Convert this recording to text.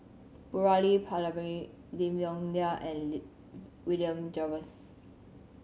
Murali Pillai Lim Yong Liang and William Jervois